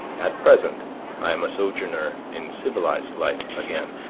at present i am a sojourner in civilized life again.